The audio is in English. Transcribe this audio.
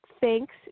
thanks